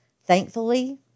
Thankfully